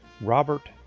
Robert